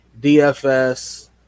DFS